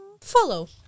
Follow